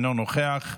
אינו נוכח,